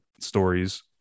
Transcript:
stories